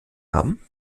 haben